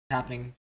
happening